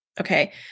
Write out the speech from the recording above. okay